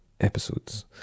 episodes